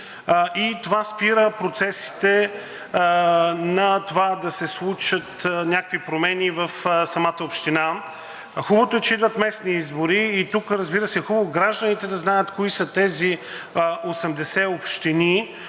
и това спира процесите на това да се случат някакви промени в самата община. Хубавото е, че идват местни избори и тук, разбира се, е хубаво гражданите да знаят кои са тези 80 общини,